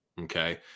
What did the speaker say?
okay